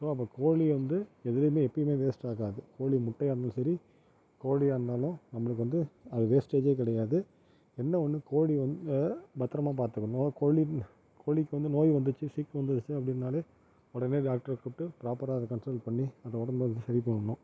so அப்போ கோழி வந்து எதுலையுமே எப்பையுமே வேஸ்ட் ஆகாது கோழி முட்டையாக இருந்தாலும் சரி கோழியாக இருந்தாலும் நம்மளுக்கு வந்து அது வேஸ்டேஜே கிடையாது என்ன ஒன்று கோழி வந் பத்திரமா பார்த்துக்கணும் அதாவது கோழி கோழிக்கு வந்து நோய் வந்துச்சு சீக்கு வந்துடுச்சு அப்படின்னாலே உடனே டாக்டரை கூப்பிட்டு ப்ராப்பராக அதை கண்சல் பண்ணி அதை உடம்ப சரி பண்ணணும்